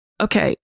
okay